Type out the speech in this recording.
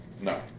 No